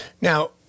Now